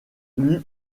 lui